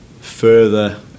further